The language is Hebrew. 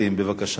בבקשה.